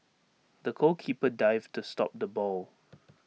the goalkeeper dived to stop the ball